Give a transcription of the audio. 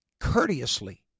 courteously